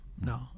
no